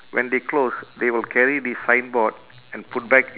when they close they will carry this signboard and put back